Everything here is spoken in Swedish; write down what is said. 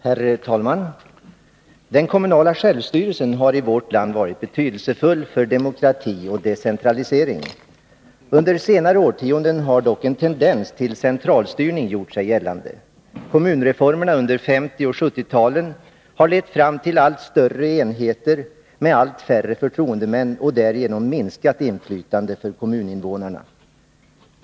Herr talman! Den kommunala självstyrelsen har i vårt land varit betydelsefull för demokrati och decentralisering. Under senare årtionden har dock en tendens till centralstyrning gjort sig gällande. Kommunreformerna under 1950 och 1970-talen har lett fram till allt större enheter med allt färre förtroendemän och därigenom minskat inflytande för kommuninvånarna.